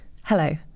Hello